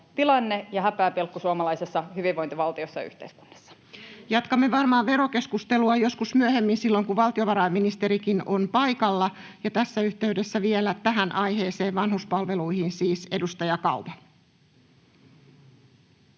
tilanteessa ja häpeäpilkku suomalaisessa hyvinvointivaltiossa ja yhteiskunnassa. Pääministeri, mikki. Jatkamme varmaan verokeskustelua joskus myöhemmin, silloin kun valtiovarainministerikin on paikalla. — Ja tässä yhteydessä vielä tähän aiheeseen, vanhuspalveluihin siis, edustaja Kauma.